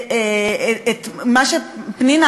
פנינה,